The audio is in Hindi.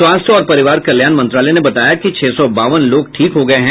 स्वास्थ्य और परिवार कल्याण मंत्रालय ने बताया कि छह सौ बावन लोग ठीक हो गये हैं